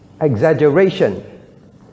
Exaggeration